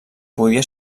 podia